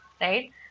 right